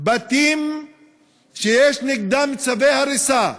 בתים שיש נגדם צווי הריסה של,